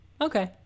Okay